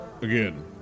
Again